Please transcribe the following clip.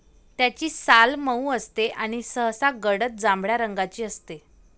त्याची साल मऊ असते आणि सहसा गडद जांभळ्या रंगाची असते